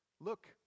Look